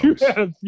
Yes